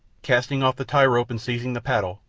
casting off the tie rope and seizing the paddle,